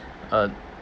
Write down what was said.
uh